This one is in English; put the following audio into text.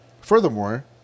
furthermore